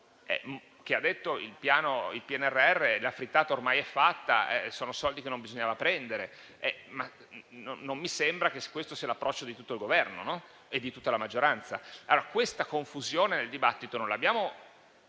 dichiarato sul PNRR: la frittata ormai è fatta, sono soldi che non bisognava prendere. Non mi sembra che questo sia l'approccio di tutto il Governo e di tutta la maggioranza. Questa confusione nel dibattito non l'abbiamo